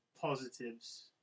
positives